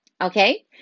Okay